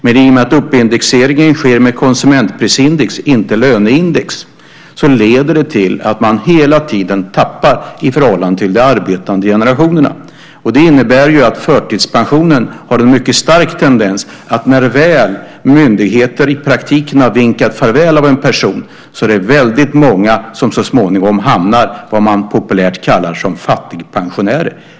Men i och med att uppindexeringen sker med konsumentprisindex, inte löneindex, tappar man hela tiden i förhållande till arbetande generationer. Det innebär att förtidspensionen har en mycket stark tendens att leda till att väldigt många, när myndigheten i praktiken väl vinkat farväl av en person, så småningom hamnar som, populärt kallat, fattigpensionärer.